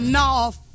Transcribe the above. north